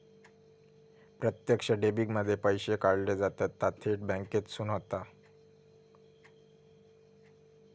प्रत्यक्ष डेबीट मध्ये पैशे काढले जातत ता थेट बॅन्केसून होता